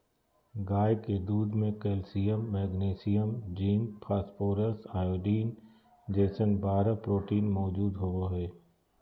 गाय के दूध में calcium, magnesium, zinc, phosphorus, iodine जैसन बारह प्रोटीन मौजूद होबा हइ